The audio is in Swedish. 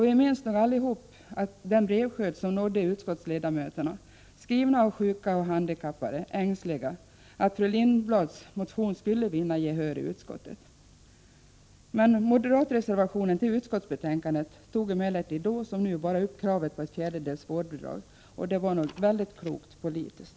Vi minns alla den skörd av brev som nådde utskottsledamöterna, skrivna av sjuka och handikappade som var ängsliga för att fru Lindblads motion skulle vinna gehör i utskottet. Men den moderata reservationen till utskottsbetänkandet tog emellertid då som nu bara upp kravet på ett fjärdedels vårdbidrag, och det var nog politiskt mycket klokt.